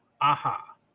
Aha